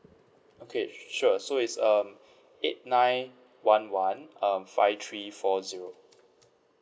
okay sure so it's um eight nine one one um five three four zero